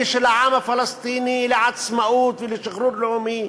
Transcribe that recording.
של העם הפלסטיני לעצמאות ולשחרור לאומי.